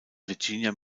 virginia